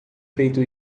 feito